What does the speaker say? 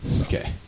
Okay